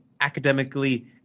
academically